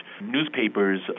newspapers